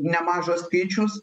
nemažas skaičius